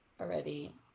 already